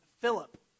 Philip